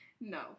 No